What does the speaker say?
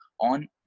on